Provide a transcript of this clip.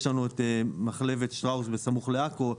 יש את מחלבת שטראוס סמוך לעכו,